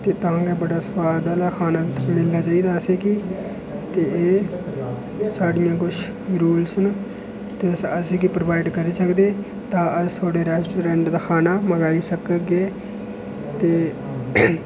ते तां गै बड़ा स्वाद आह्ला खाना इत्थूं मिलना चाहिदा अ'सें गी ते एह् साढ़े किश रूल्स न ते अ'सें गी प्रोवाईड करी सकदे तां अस थुआढ़े रैस्टोरैंट दा खाना मंगाई सकगे ते